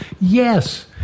Yes